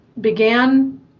began